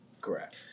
Correct